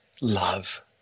love